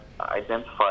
identify